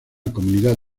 comunidad